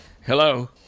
Hello